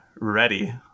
ready